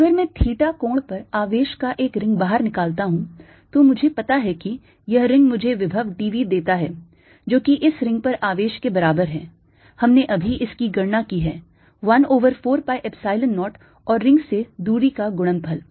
अगर मैं theta कोण पर आवेश का एक रिंग बाहर निकालता हूं तो मुझे पता है कि यह रिंग मुझे विभव d v देता है जो कि इस रिंग पर आवेश के बराबर है हमने अभी इसकी गणना की है 1 over 4 pi Epsilon 0 और रिंग से दूरी का गुणनफल